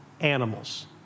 animals